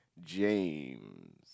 James